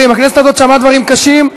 הכנסת הזאת שמעה דברים קשים.